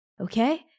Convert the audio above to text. okay